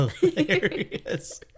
hilarious